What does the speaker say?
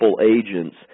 agents